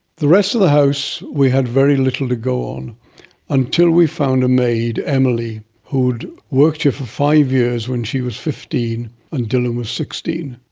the rest of the house we had very little to go on until we found a maid, emily, who had worked here for five years when she was fifteen and dylan was sixteen,